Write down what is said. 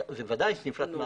ודאי, מה שנפלט מהארובה.